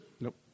Nope